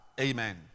Amen